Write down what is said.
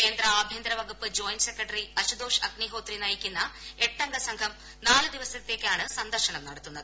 കേന്ദ്ര ആഭ്യന്തരവകുപ്പ് joint secretary Ashutosh Agnihotri നയിക്കുന്ന എട്ടംഗ് സംഘം നാല് ദിവസത്തേക്കാണ് സന്ദർശനം നടത്തുന്നത്